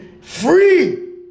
free